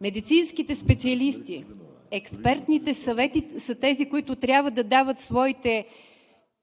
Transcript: Медицинските специалисти, експертните съвети са тези, които трябва да дават своите